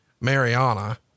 Mariana